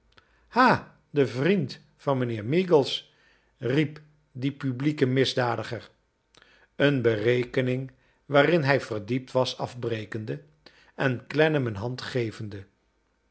ha de vriend van mijnheer meagles riep die publieke misdadiger een berekening waarin hij verdiept was afbrekende en clennam een hand gevende